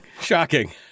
Shocking